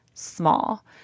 Small